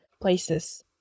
places